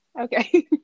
Okay